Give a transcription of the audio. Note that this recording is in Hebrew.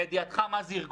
לא, לא, אסור שזה יקרה.